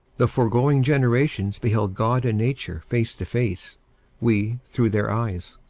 the foregoing generations beheld god and nature face to face we, through their eyes.